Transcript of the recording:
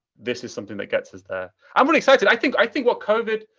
this is something that gets us there. i'm really excited. i think i think what covid,